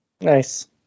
Nice